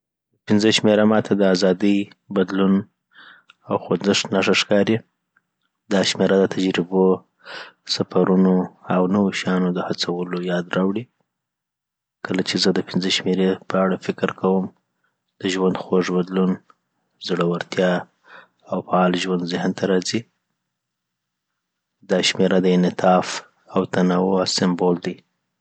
د پنځه شمېره ماته د ازادۍ، بدلون او خوځښت نښه ښکاري. دا شمېره د تجربو، سفرونو او نوو شیانو د هڅولو یاد راوړي کله چې زه د پنځه شمېرې په اړه فکر کوم د ژوند خوږ بدلون، زړورتیا او فعال ژوند ذهن ته راځي .دا شمېره د انعطاف او تنوع سمبول دی